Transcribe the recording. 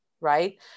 Right